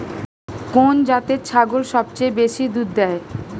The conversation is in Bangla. কোন জাতের ছাগল সবচেয়ে বেশি দুধ দেয়?